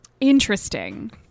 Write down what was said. Interesting